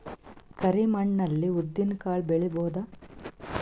ಕರಿ ಮಣ್ಣ ಅಲ್ಲಿ ಉದ್ದಿನ್ ಕಾಳು ಬೆಳಿಬೋದ?